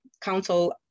Council